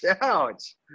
ouch